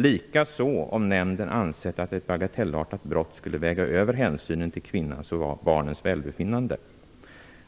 Likaså kunde nämnden ha gjort det om den ansett att ett bagatellartat brott skulle väga över hänsynen till kvinnans och barnens välbefinnande.